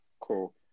cool